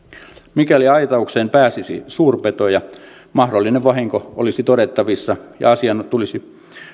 mikäli aitaukseen pääsisi suurpetoja mahdollinen vahinko olisi todettavissa ja asiaan tulisi